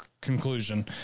conclusion